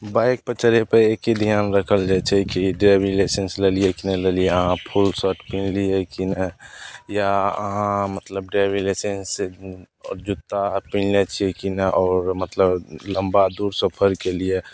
बाइकपर चढ़ैपर एक्के धिआन राखल जाइ छै कि ड्राइविन्ग लाइसेन्स लेलिए कि नहि लेलिए अहाँ फुल शर्ट पिन्हलिए कि नहि या अहाँ मतलब ड्राइविन्ग लाइसेन्स आओर जुत्ता पिन्हले छिए कि नहि आओर मतलब लम्बा दूर सफरके लिए